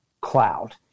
cloud